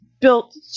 built